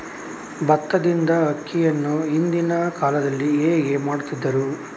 ಭತ್ತದಿಂದ ಅಕ್ಕಿಯನ್ನು ಹಿಂದಿನ ಕಾಲದಲ್ಲಿ ಹೇಗೆ ಮಾಡುತಿದ್ದರು?